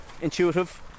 intuitive